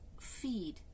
feed